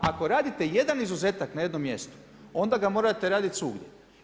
Ako radite jedan izuzetak na jednom mjestu, onda ga morate raditi svugdje.